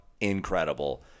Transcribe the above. incredible